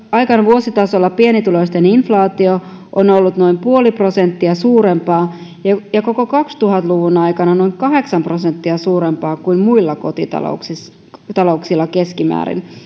aikana vuositasolla pienituloisten inflaatio on ollut noin puoli prosenttia suurempaa ja ja koko kaksituhatta luvun aikana noin kahdeksan prosenttia suurempaa kuin muilla kotitalouksilla keskimäärin